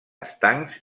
estancs